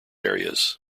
areas